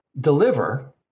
deliver